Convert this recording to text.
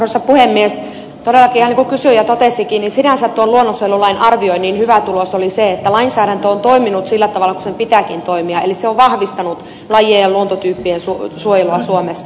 todellakin niin kuin kysyjä totesi sinänsä luonnonsuojelulain arvioinnin hyvä tulos oli se että lainsäädäntö on toiminut sillä tavalla kuin sen pitääkin toimia eli se on vahvistanut lajien ja luontotyyppien suojelua suomessa